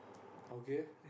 okay